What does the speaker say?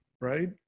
Right